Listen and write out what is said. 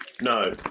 No